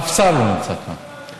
אף שר לא נמצא כאן.